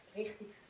richtig